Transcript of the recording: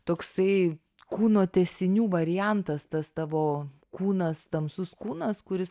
toksai kūno tęsinių variantas tas tavo kūnas tamsus kūnas kuris